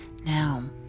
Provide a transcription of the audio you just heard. Now